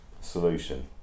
solution